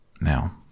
Now